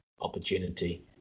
opportunity